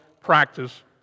practice